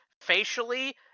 facially